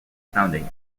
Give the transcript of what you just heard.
founding